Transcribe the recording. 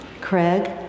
Craig